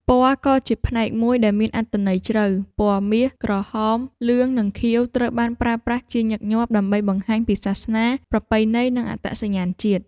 ពណ៌ក៏ជាផ្នែកមួយដែលមានអត្ថន័យជ្រៅ ពណ៌មាស ក្រហម លឿង និងខៀវ ត្រូវបានប្រើប្រាស់ជាញឹកញាប់ ដើម្បីបង្ហាញពីសាសនា ប្រពៃណី និងអត្តសញ្ញាណជាតិ។